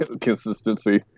consistency